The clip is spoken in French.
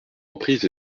reprises